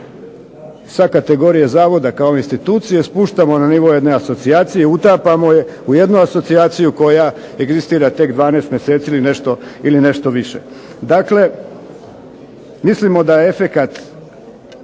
sa kategorije zavoda kao institucije spuštamo na nivo jedne asocijacije, utapamo je u jednu asocijaciju koja egzistira tek 12 mjeseci ili nešto više. Dakle mislimo da je efekat